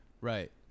Right